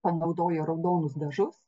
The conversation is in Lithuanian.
panaudojo raudonus dažus